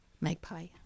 magpie